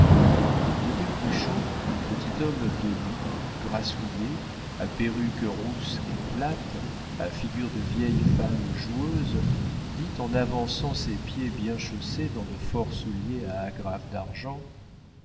l'abbé cruchot petit homme dodu grassouillet à perruque rousse et plate à figure de vieille femme joueuse dit en avançant ses pieds bien chaussés dans de forts souliers à agrafes d'argent